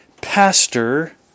pastor